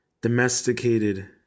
domesticated